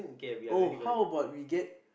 oh how about we get